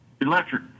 Electric